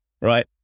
right